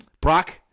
Brock